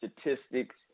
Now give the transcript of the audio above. Statistics